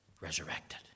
Resurrected